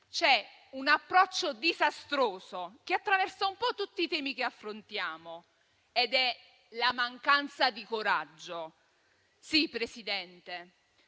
c'è un approccio disastroso che attraversa tutti i temi che affrontiamo ed è la mancanza di coraggio. Infatti,